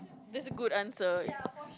that's a good answer